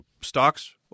stocks